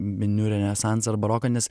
miniu renesansą ar baroką nes